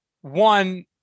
one